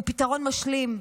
זה פתרון משלים.